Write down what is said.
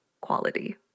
quality